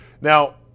Now